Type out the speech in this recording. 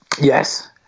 Yes